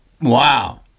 Wow